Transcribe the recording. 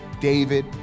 David